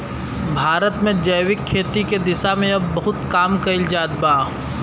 भारत में जैविक खेती के दिशा में अब बहुत काम कईल जात बा